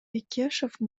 бекешев